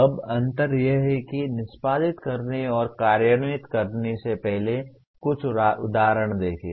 अब अंतर यह है कि निष्पादित करने और कार्यान्वित करने से पहले कुछ उदाहरण देखें